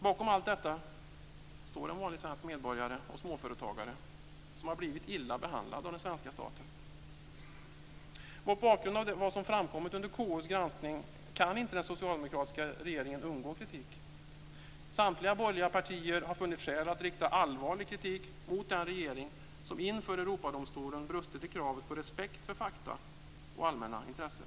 Bakom allt detta står en vanlig svensk medborgare och småföretagare som har blivit illa behandlad av den svenska staten. Mot bakgrund av vad som framkommit under KU:s granskning kan inte den socialdemokratiska regeringen undgå kritik. Samtliga borgerliga partier har funnit skäl att rikta allvarlig kritik mot den regering som inför Europadomstolen brustit i kravet på respekt för fakta och allmänna intressen.